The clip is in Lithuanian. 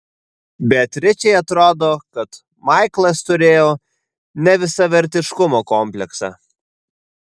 beatričei atrodo kad maiklas turėjo nevisavertiškumo kompleksą